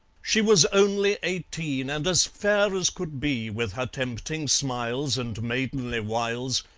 she was only eighteen, and as fair as could be, with her tempting smiles and maidenly wiles,